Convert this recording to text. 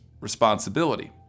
responsibility